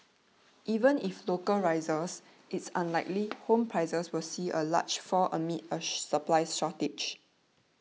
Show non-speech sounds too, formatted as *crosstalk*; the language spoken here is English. even if local rises it's unlikely *noise* home prices will see a large fall amid a *noise* supplies shortage